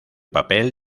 papel